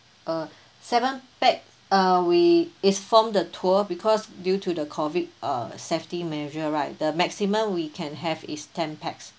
uh seven pax uh we is form the tour because due to the COVID uh safety measure right the maximum we can have is ten pax